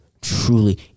truly